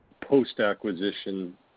post-acquisition